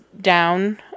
down